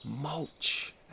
mulch